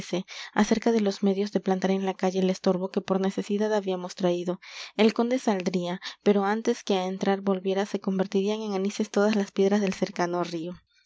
acerca de los medios de plantar en la calle el estorbo que por necesidad habíamos traído el conde saldría pero antes que a entrar volviera se convertirían en anises todas las piedras del cercano río